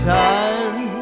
time